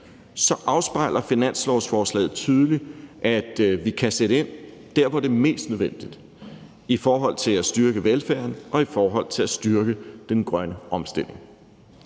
så afspejler finanslovsforslaget tydeligt, at vi kan sætte ind der, hvor det er mest nødvendigt, nemlig i forhold til at styrke velfærden og i forhold til at styrke den grønne omstilling.